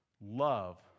love